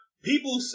People